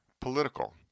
political